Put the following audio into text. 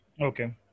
Okay